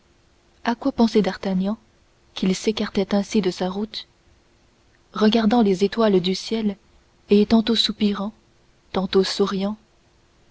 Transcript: à quoi pensait d'artagnan qu'il s'écartait ainsi de sa route regardant les étoiles du ciel et tantôt soupirant tantôt souriant